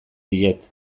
diet